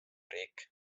riik